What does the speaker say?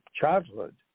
childhood